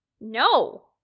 No